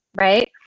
right